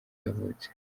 yavutse